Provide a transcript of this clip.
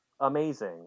amazing